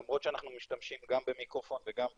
למרות שאנחנו משתמשים גם במיקרופון וגם בספיקר.